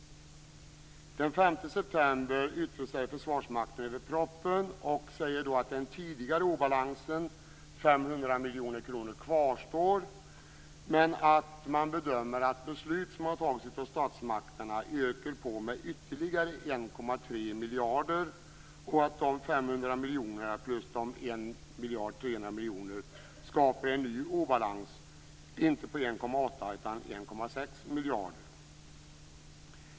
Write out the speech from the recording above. Den 5 september yttrar sig Försvarsmakten över proppen och säger att den tidigare obalansen på 500 miljoner kronor kvarstår men att man bedömer att beslut som har fattats av statsmakterna ökar på obalansen med ytterligare 1,3 miljarder. De 500 miljonerna plus de 1,3 miljarderna skapar därmed en ny obalans, inte på 1,8 miljarder utan på 1,6 miljarder.